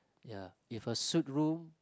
ya if a suite room